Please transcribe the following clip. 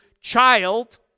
child